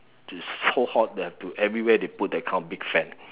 it's so hot they have to everywhere they put that kind of big fan